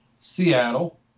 Seattle